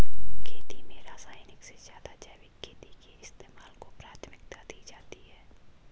खेती में रासायनिक से ज़्यादा जैविक खेती के इस्तेमाल को प्राथमिकता दी जाती है